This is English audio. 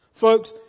Folks